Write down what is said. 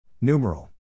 Numeral